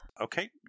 Okay